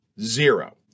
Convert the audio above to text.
zero